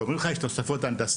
אומרים לך שיש תוספות הנדסיות.